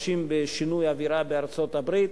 חשים בשינוי אווירה בארצות-הברית,